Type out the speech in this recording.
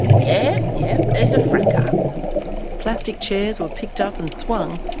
yeah, yeah, there's a fracas. plastic chairs were picked up and swung,